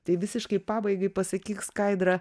tai visiškai pabaigai pasakyk skaidra